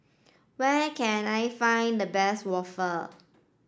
where can I find the best waffle